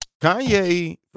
Kanye